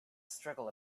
struggle